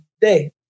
Day